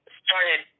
started